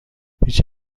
هیچ